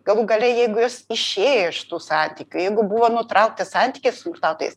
galų gale jeigu jos išėjo iš tų santykių jeigu buvo nutraukti santykiai smurtautojais